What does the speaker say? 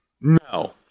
No